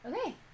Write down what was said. Okay